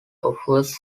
offers